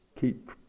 keep